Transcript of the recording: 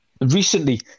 Recently